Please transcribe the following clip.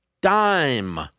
dime